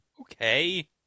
okay